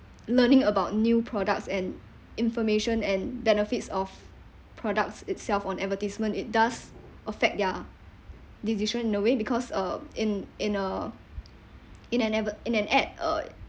learning about new products and information and benefits of products itself on advertisement it does affect their decision in a way because uh in in a in an adve~ in an ad uh